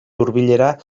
hurbilera